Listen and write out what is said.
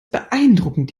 beeindruckend